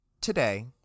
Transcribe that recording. today